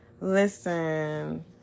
listen